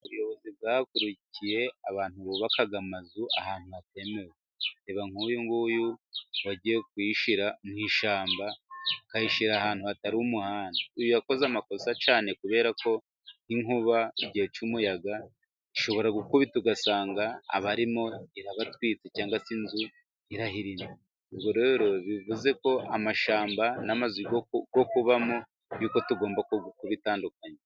Ubuyobozi bwahagurukiye abantu bubaka amazu ahantu hatemewe; reba nkuyunguyu wagiye kuyishyira ahantu mu ishyamba, akayishyira ahantu hatari umuhanda; uyu yakoze amakosa cyane kubera ko nk'inkuba igihe cy'umuyaga ishobora gukubita ugasanga abarimo irabatwitse cyangwa se inzu irahirimye. Ubwo rero bivuze ko amashyamba n'amazu yo kubamo yuko tugomba kubitandukanya.